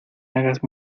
hagas